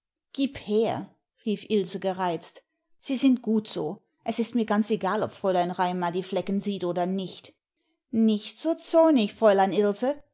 gieb her rief ilse gereizt sie sind gut so es ist mir ganz egal ob fräulein raimar die flecken sieht oder nicht nicht so zornig fräulein